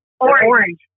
orange